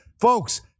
Folks